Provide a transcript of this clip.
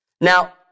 Now